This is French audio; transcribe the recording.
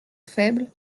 faible